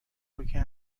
روکه